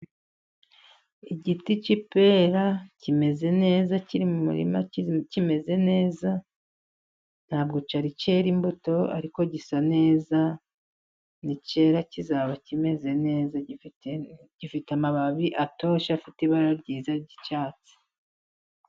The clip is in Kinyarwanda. Igiti k'ipera kimeze neza ,kiri mu murima kimeze neza . Ntabwo cyari cyera imbuto, ariko gisa neza. Nicyera kizaba kimeze neza . Gifite amababi atoshye afite ibara ryiza ry'icyatsi.